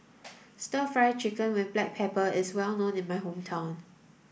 stir fry chicken with black pepper is well known in my hometown